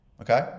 Okay